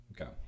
Okay